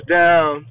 down